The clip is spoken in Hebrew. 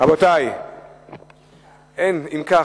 אם כך,